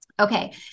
Okay